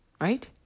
right